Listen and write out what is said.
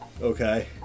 Okay